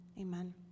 Amen